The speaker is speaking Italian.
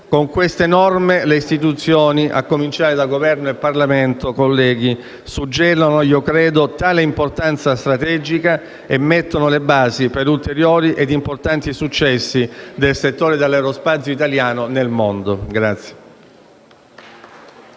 Con queste norme le istituzioni, a cominciare da Governo e Parlamento, colleghi, suggellano tale importanza strategica e mettono le basi per ulteriori ed importanti successi del settore dell'aerospazio italiano nel mondo.